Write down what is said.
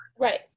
Right